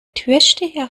türsteher